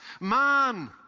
man